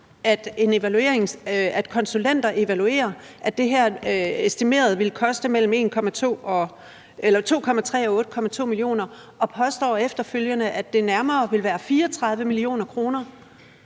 at konsulenter anslår, at det her estimeret vil koste mellem 2,3 og 8,2 mio. kr., og efterfølgende påstår, at det nærmere vil være 34 mio. kr.?